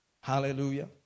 Hallelujah